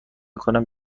کنم